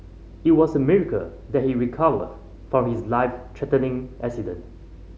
it was a miracle that he recovered from his life threatening accident